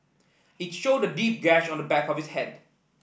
it showed a deep gash on the back of his head